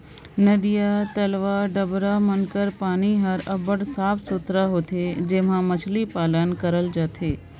नदिया, तलवा, डबरा मन कर पानी हर अब्बड़ साफ सुथरा होथे जेम्हां मछरी पालन करल जाथे